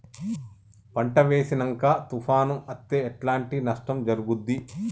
పంట వేసినంక తుఫాను అత్తే ఎట్లాంటి నష్టం జరుగుద్ది?